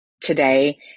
today